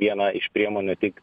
viena iš priemonių tik